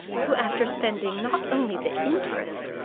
who, after spending not only the interest,